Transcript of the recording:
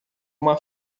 uma